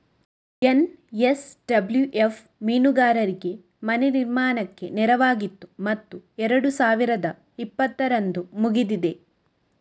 NSWF ಮೀನುಗಾರರಿಗೆ ಮನೆ ನಿರ್ಮಾಣಕ್ಕೆ ನೆರವಾಗಿತ್ತು ಮತ್ತು ಎರಡು ಸಾವಿರದ ಇಪ್ಪತ್ತರಂದು ಮುಗಿದಿದೆ